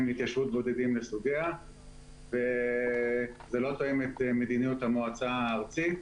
התיישבות בודדים לסוגיה וזה לא תואם את מדיניות המועצה הארצית.